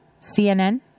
CNN